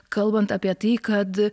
kalbant apie tai kad